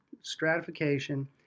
stratification